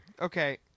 okay